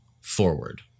forward